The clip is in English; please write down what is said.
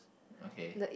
okay